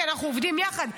כי אנחנו עובדים יחד.